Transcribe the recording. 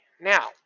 now